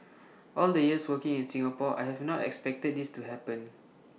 all the years working in Singapore I have not expected this to happen